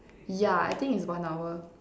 ya I think it's one hour